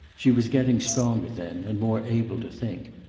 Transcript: she was getting stronger then and more able to think.